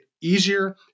easier